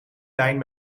lijn